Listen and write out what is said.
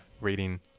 rating